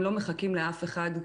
הם לא מחכים לאף אחד.